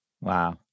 Wow